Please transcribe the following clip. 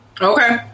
Okay